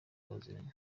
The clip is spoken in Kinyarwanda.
baziranye